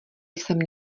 jsem